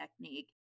technique